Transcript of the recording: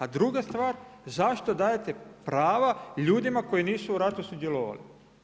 A druga stvar, zašto dajete prava ljudima koji nisu u ratu sudjelovali?